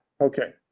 Okay